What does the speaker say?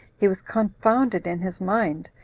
he was confounded in his mind,